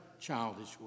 childish